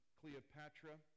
Cleopatra